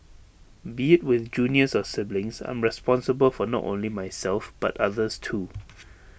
be IT with juniors or siblings I'm responsible for not only myself but others too